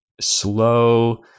slow